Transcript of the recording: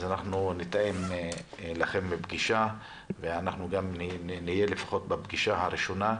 אז אנחנו נתאם לכם פגישה ואנחנו גם נהיה לפחות בפגישה הראשונה.